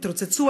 התרוצצו,